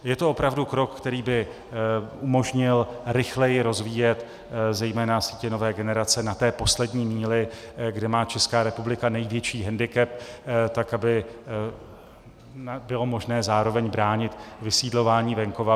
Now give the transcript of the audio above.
Je to opravdu krok, který by umožnil rychleji rozvíjet zejména sítě nové generace na té poslední míli, kde má Česká republika největší hendikep, tak aby bylo možné zároveň bránit vysídlování venkova.